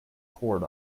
poured